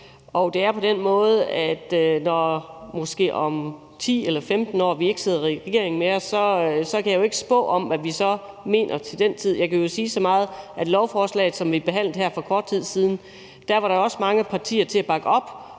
måde, at i forhold til at vi måske om 10 eller 15 år ikke længere sidder i regering, kan jeg jo ikke spå om, hvad vi så mener til den tid. Jeg kan sige så meget, som at med hensyn til lovforslaget, som vi behandlede her for kort tid siden, var der også mange partier til at bakke op